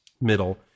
middle